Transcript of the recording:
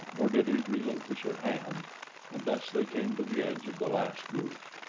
nor did he relinquish her hand and thus they came to the edge of the last roof.